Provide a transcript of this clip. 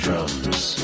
Drums